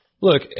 look